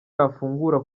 yafungura